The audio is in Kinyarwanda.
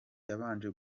yabanje